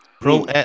pro